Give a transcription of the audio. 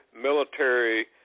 military